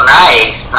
nice